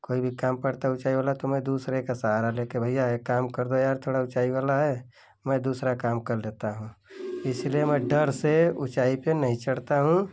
कोई भी काम पड़ता ऊँचाई वला तो मैं दूसरे का सहारा ले कर भैया एक काम कर दो यार भैया थोड़ा ऊँचाई वाला है मैं दूसरा काम कर लेता हूँ इसलिए मैं डर से ऊँचाई पर नहीं चढ़ता हूँ